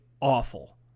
awful